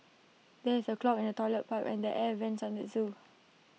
there is A clog in the Toilet Pipe and the air Vents on the Zoo